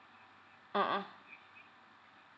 mmhmm